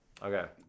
Okay